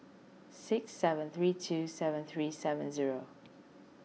six seven three two seven three seven zero